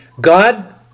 God